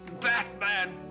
Batman